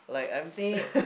say it